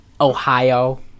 Ohio